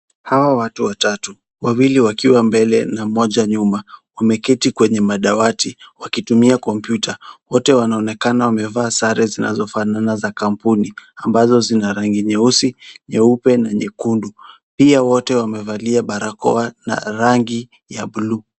Hawa watu watatu, wawili wakiwa mbele na mmoja nyuma wameketi kwenye madawati wakitumia kompyuta. Wote wanaonekana wamevaa sare zinazofanana za kampuni ambazo zina rangi nyeusi, nyeupe na nyekundu. Pia wote wamevalia barakoa na rangi ya bluu.